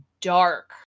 dark